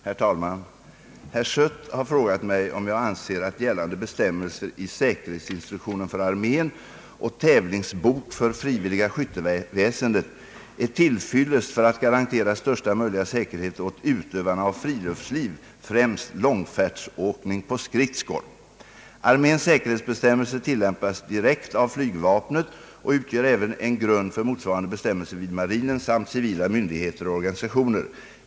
Herr talman! Herr Schött har frågat mig om jag anser att gällande bestämmelser i »Säkerhetsinstruktion för armén» och »Tävlingsbok för frivilliga skytteväsendet» är till fyllest för att garantera största möjliga säkerhet åt utövarna av friluftsliv, främst långfärdsåkning på skridskor. Arméns säkerhetsbestämmelser tilllämpas direkt av flygvapnet och utgör även en grund för motsvarande bestämmelser vid marinen samt civila myndigheter och organisationer.